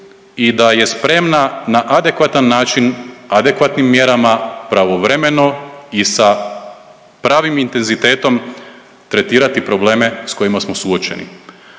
i da je spremna na adekvatan način adekvatnim mjerama pravovremeno i sa pravim intenzitetom tretirati probleme sa kojima smo suočeni.